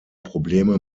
probleme